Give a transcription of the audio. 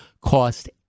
cost